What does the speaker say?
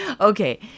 okay